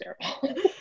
terrible